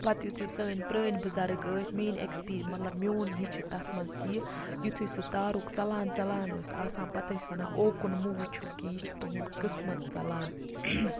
پَتہٕ یُتھٕے سٲنٛۍ پرٲنٛۍ بُزرگ ٲسۍ میٲنٛۍ ایٚکس مَطلَب میون یہِ چھ تَتھ مَنٛز یہِ یُتھٕے سُہ تارُک ژَلان ژَلان ٲسۍ آسان پَتہٕ ٲسۍ وَنان اوکُن مہٕ وٕچھِو کِہیٖنۍ چھُ تُہُنٛد قسمت ژَلان